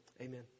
Amen